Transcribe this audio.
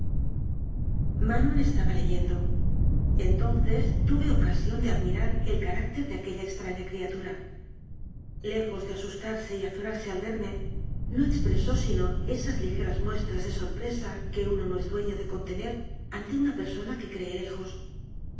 manon estaba leyendo entonces tuve ocasión de admirar el carácter de aquella extraña criatura lejos de asustarse y azorarse al verme no expre só sino esas ligeras muestras de sorpresa que uno no es dueño de contener ante una persona que cree lejos